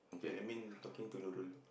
I I mean talking to Nurul tu